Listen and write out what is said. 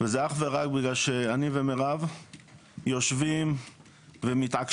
וזה אך ורק בגלל שאני ומירב יושבים ומתעקשים,